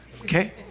okay